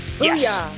Yes